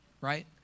right